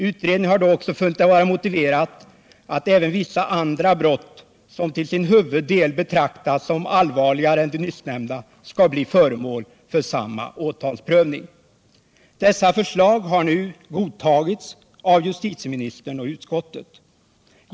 Utredningen har då också funnit det motiverat att även vissa andra brott, som till sin huvuddel betraktas som allvarligare än de nyssnämnda, skall bli föremål för samma åtalsprövning. Dessa förslag har nu godtagits av justitieministern och utskottet.